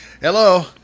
Hello